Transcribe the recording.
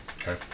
Okay